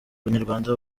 banyarwanda